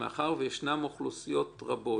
מאחר וישנן אוכלוסיות רבות